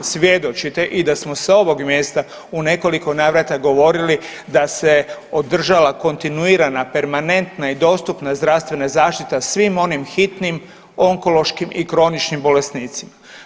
Svjedočite i da smo sa ovog mjesta u nekoliko navrata govorili da se održala kontinuirana permanentna i dostupna zdravstvena zaštita svim onim hitnim onkološkim i kroničnim bolesnicima.